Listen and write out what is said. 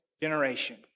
generation